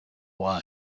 why